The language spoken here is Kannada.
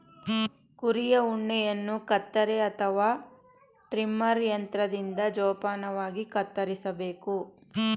ಕುರಿಯ ಉಣ್ಣೆಯನ್ನು ಕತ್ತರಿ ಅಥವಾ ಟ್ರಿಮರ್ ಯಂತ್ರದಿಂದ ಜೋಪಾನವಾಗಿ ಕತ್ತರಿಸಬೇಕು